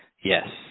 yes